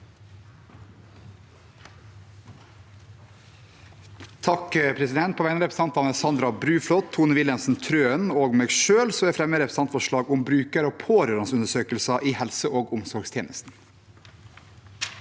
(H) På vegne av re- presentantene Sandra Bruflot, Tone Wilhelmsen Trøen og meg selv vil jeg fremme et representantforslag om bruker- og pårørendeundersøkelser i helse- og omsorgstjenesten.